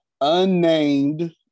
Unnamed